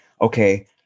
okay